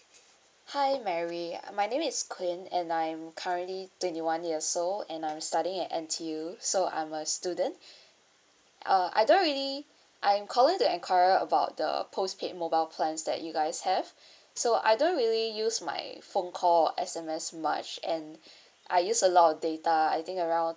hi mary uh my name is queen and I'm currently twenty one years old and I'm studying at N_T_U so I'm a student uh I don't really I'm calling to inquire about the postpaid mobile plans that you guys have so I don't really use my phone call or S_M_S much and I use a lot of data I think around